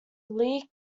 lee